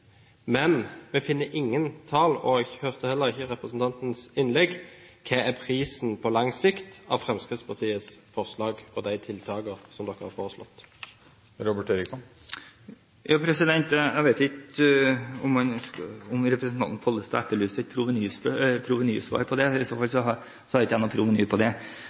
men vi finner ingen tall, og jeg hørte heller ikke i representanten Erikssons innlegg hva som på lang sikt er prisen på Fremskrittspartiets forslag – de tiltakene de har foreslått. Jeg vet ikke om representanten Pollestad etterlyste et provenysvar på det. I så fall har jeg ikke noe provenysvar på det.